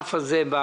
הענף הזה.